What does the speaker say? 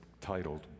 titled